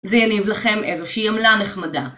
זה יניב לכם איזושהי עמלה נחמדה